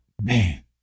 man